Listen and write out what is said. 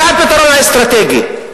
זה הפתרון האסטרטגי.